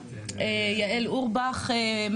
יעל אורבך,